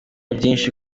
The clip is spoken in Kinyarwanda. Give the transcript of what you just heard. byinshi